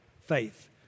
faith